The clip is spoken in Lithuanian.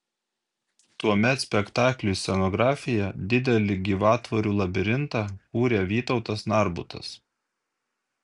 tuomet spektakliui scenografiją didelį gyvatvorių labirintą kūrė vytautas narbutas